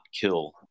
kill